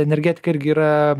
energetika irgi yra